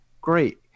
great